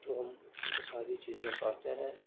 تو ہم وہ ساری چیزیں پڑھتے ہیں